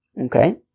Okay